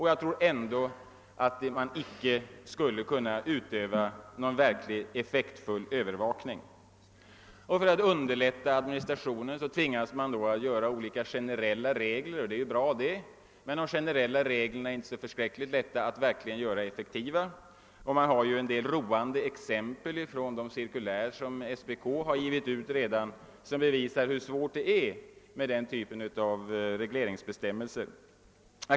Jag tror att man ändå inte skulle kunna utöva någon verkligt effektiv övervakning. För att underlätta administrationen tvingas man då besluta om olika generella regler, och det är ju bra, men det är inte så särskilt lätt att göra dessa effektiva. Det finns vissa roande exempel i de formulär som SPK redan givit ut, och det visar hur svårt det är med denna typ av regleringsbestämmelser.